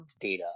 data